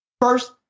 first